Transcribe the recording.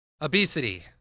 Obesity